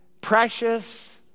precious